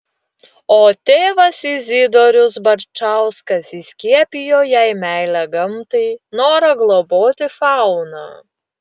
o tėvas izidorius barčauskas įskiepijo jai meilę gamtai norą globoti fauną